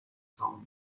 تموم